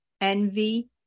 envy